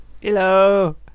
Hello